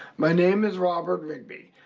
my name is robert rigby,